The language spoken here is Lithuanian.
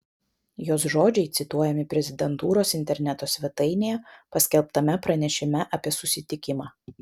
jos žodžiai cituojami prezidentūros interneto svetainėje paskelbtame pranešime apie susitikimą